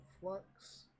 flux